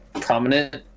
prominent